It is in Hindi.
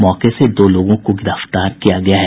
मौके से दो लोगों को गिरफ्तार किया गया है